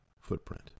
footprint